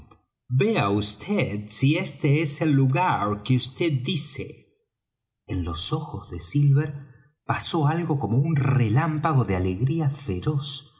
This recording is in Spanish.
vea vd si este es el lugar que vd dice en los ojos de silver pasó algo como un relámpago de alegría feroz